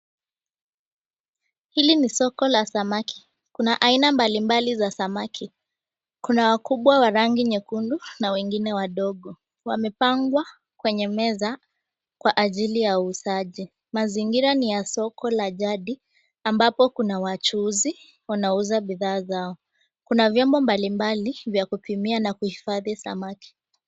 Hili ni siko la samaki, kuna aina mbalimbali za samaki kuna wakubwa wa rangi nyekundu na wengine wadogo, wamepangwa kwenye meza kwa ajili ya uuzaji, mazingira ni ya soko la jadi ambapo kuna wachuuzi wanaouza bidhaa zao. Kuna vyombo mbalimbali vya kupimia na kuhifadhi samaki.